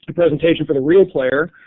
presentation for the real player,